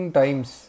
times